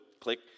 Click